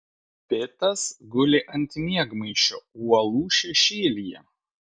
pitas guli ant miegmaišio uolų šešėlyje